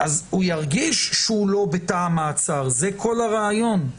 הוא ירגיש שהוא לא בתא המעצר, זה כל הרעיון.